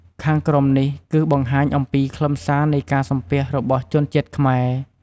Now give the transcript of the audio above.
ខាងក្រោមនេះគឺបង្ហាញអំពីខ្លឹមសារនៃការសំពះរបស់ជនជាតិខ្មែរ។